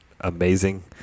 amazing